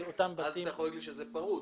אז אתה יכול להגיד לי שזה פרוץ.